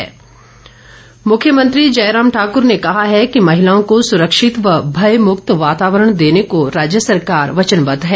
मुख्यमंत्री मुख्यमंत्री जयराम ठाकर ने कहा है कि महिलाओं को सुरक्षित व भयमुक्त वातावरण देने को राज्य सरकार वचनबद्ध है